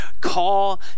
call